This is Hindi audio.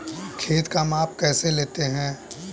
खेत का माप कैसे लेते हैं?